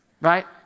right